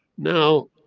now